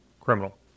criminal